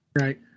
Right